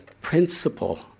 principle